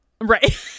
right